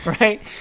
right